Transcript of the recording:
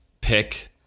pick